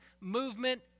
movement